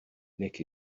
nick